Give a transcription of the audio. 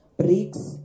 BRICS